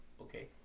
okay